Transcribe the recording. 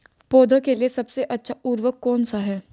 पौधों के लिए सबसे अच्छा उर्वरक कौन सा है?